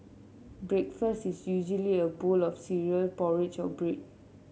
breakfast is usually a bowl of cereal porridge or bread